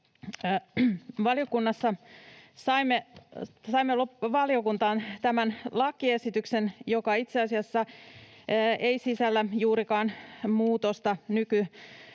Saimme valiokuntaan tämän lakiesityksen, joka itse asiassa ei sisällä juurikaan muutosta nykytilaan.